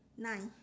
nine